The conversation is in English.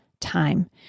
time